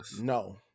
No